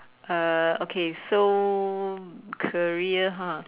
uh okay so career ha